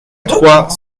trois